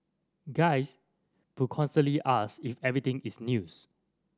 guys who constantly ask if everything is news